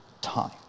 time